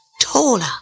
taller